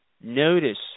Notice